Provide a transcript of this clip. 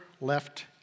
left